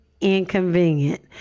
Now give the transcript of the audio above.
Inconvenient